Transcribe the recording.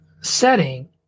setting